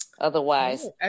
Otherwise